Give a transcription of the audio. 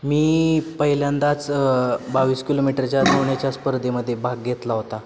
मी पहिल्यांदाच बावीस किलोमीटरच्या धावण्याच्या स्पर्धेमध्ये भाग घेतला होता